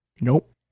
Nope